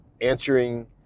answering